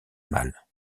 malle